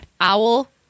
Owl